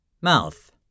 Mouth